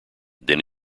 then